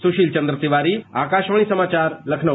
सुशील चन्द्र तिवारी आकाशवाणी समाचार लखनऊ